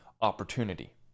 opportunity